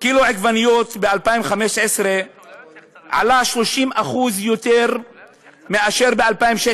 קילו עגבניות ב-2015 עלה 30% יותר מאשר ב-2016,